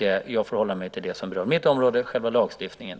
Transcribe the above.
Jag får hålla mig till det som berör mitt område, själva lagstiftningen.